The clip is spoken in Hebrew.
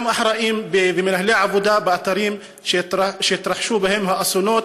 אחראים ומנהלי עבודה באתרים שהתרחשו בהם אסונות,